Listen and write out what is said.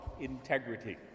integrity